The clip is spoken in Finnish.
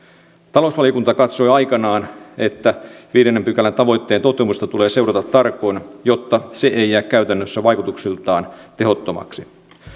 talousvaliokunta katsoi aikanaan että viidennen pykälän tavoitteen toteutumista tulee seurata tarkoin jotta se ei jää käytännössä vaikutuksiltaan tehottomaksi